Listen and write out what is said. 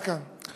עד כאן.